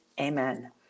amen